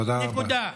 תודה רבה.